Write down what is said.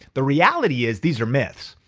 the reality is these are myths.